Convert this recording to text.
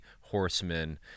horsemen